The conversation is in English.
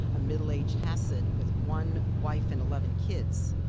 a middle-aged hasid with one wife and eleven kids.